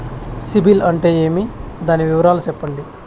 సిబిల్ అంటే ఏమి? దాని వివరాలు సెప్పండి?